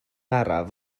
araf